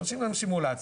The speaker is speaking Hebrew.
עושים להם סימולציה,